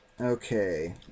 Okay